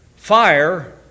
Fire